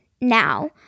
now